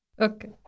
Okay